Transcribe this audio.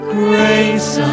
grace